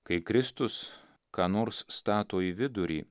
kai kristus ką nors stato į vidurį